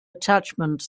attachment